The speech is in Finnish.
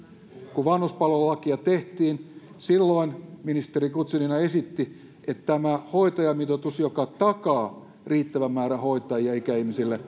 kun vanhuspalvelulakia tehtiin silloin ministeri guzenina esitti että tämä hoitajamitoitus joka takaa riittävän määrän hoitajia ikäihmisille